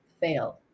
fail